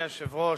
אדוני היושב-ראש,